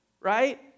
right